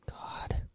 God